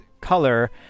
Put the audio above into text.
color